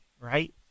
right